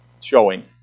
showing